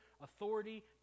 authority